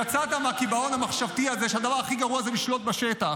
יצאת מהקיבעון המחשבתי הזה שהדבר הכי גרוע זה לשלוט בשטח.